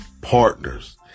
partners